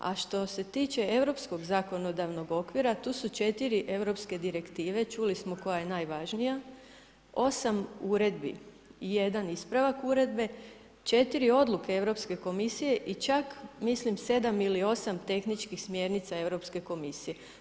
A što se tiče europskog zakonodavnog okvira, tu su 4 europske direktive, čuli smo koja je najvažnija, 8 uredbi i jedan ispravak uredbe, 4 odluke Europske komisije i čak mislim 7 ili 8 tehničkih smjernica Europske komisije.